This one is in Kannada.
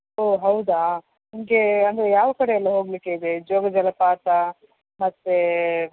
ಓ ಹೌದಾ ನಿಮಗೆ ಅಂದರೆ ಯಾವ ಕಡೆ ಎಲ್ಲ ಹೋಗಲಿಕ್ಕೆ ಇದೆ ಜೋಗ ಜಲಪಾತ ಮತ್ತೆ